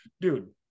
dude